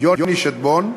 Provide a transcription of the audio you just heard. יוני שטבון,